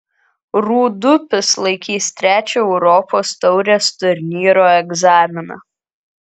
rūdupis laikys trečią europos taurės turnyro egzaminą